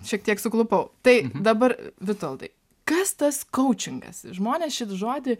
šiek tiek suklupau tai dabar vitoldai kas tas kaučingas žmonės šį žodį